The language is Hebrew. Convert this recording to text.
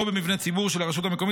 או במבנה ציבור של הרשות המקומית,